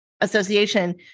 Association